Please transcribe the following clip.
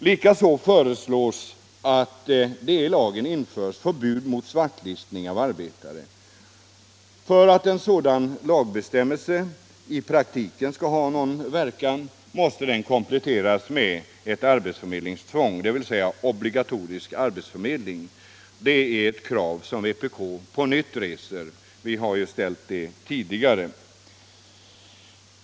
Likaså föreslås att det i lagen införs förbud mot svartlistning av arbetare. För att en sådan lagbestämmelse i praktiken skall ha någon verkan måste den kompletteras med arbetsförmedlingstvång, dvs. obligatorisk arbetsförmedling. Det är ett krav som vpk på nytt reser; vi har ju ställt det tidigare.